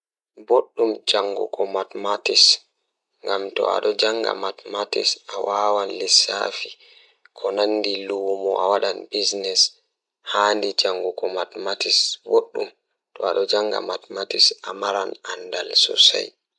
Eey, ko laawol ngam study mathematics sabu ko ndiyam nguurndam ngal. Ko fowru, sabu mathematics waɗi ko laamɗe, ndiyam haɓɓude ɓe njangol e laamɗe ngal. Nde waawde njangol, ɓe waawi nyawtude laamɗe ngal e ɓe fowru ɓe njangol.